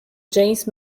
james